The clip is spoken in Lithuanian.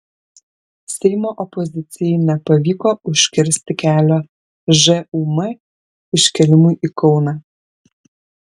seimo opozicijai nepavyko užkirsti kelio žūm iškėlimui į kauną